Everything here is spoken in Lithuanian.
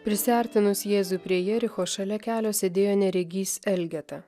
prisiartinus jėzui prie jericho šalia kelio sėdėjo neregys elgeta